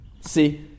See